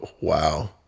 wow